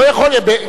לא יכול להיות.